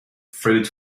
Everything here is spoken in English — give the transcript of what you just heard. fruit